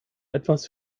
etwas